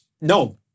no